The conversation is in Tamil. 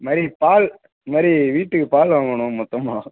இது மாதிரி பால் இது மாதிரி வீட்டுக்கு பால் வாங்கணும் மொத்தமாக